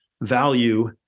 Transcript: value